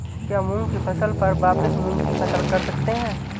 क्या मूंग की फसल पर वापिस मूंग की फसल कर सकते हैं?